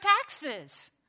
taxes